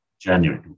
January